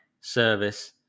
service